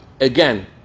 again